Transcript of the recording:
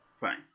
Fine